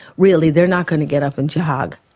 really they are not going to get up and jog,